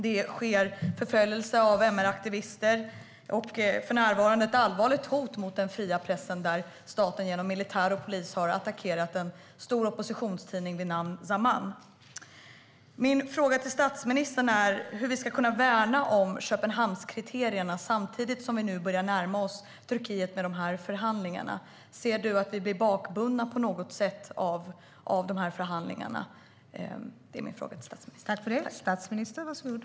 Det sker förföljelse av MR-aktivister, och för närvarande finns ett allvarligt hot mot den fria pressen - staten har genom militär och polis attackerat en stor oppositionstidning vid namn Zaman. Min fråga till statsministern är hur vi ska kunna värna Köpenhamnskriterierna samtidigt som vi börjar närma oss Turkiet med dessa förhandlingar. Ser du att vi blir bakbundna på något sätt av de här förhandlingarna, statsministern? Det är min fråga.